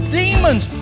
demons